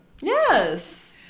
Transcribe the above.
Yes